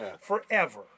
forever